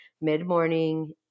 Mid-morning